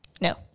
No